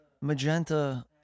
magenta